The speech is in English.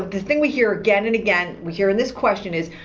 the thing we hear again and again, we hear in this question is,